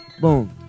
Boom